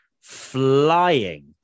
flying